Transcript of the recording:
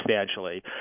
substantially